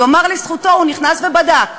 ייאמר לזכותו, הוא נכנס ובדק.